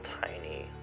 tiny